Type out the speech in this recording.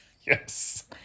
Yes